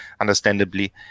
understandably